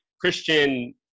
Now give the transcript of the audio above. Christian